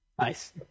Nice